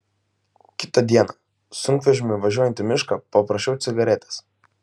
kitą dieną sunkvežimiu važiuojant į mišką paprašiau cigaretės